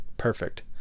perfect